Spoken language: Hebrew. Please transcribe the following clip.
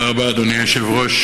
אדוני היושב-ראש,